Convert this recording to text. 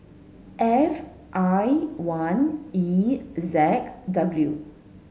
F I one E Z W